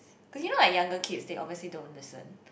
but you know like younger kids they obviously don't listen